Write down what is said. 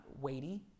weighty